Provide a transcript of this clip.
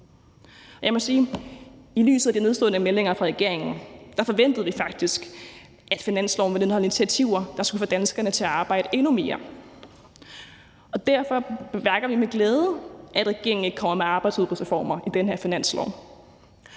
i lyset af de nedslående meldinger fra regeringen forventede vi faktisk, at finansloven ville indeholde initiativer, der skulle få danskerne til at arbejde endnu mere, og derfor bemærker vi med glæde, at regeringen ikke kommer med arbejdsudbudsreformer i den her finanslov,